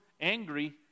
angry